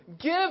give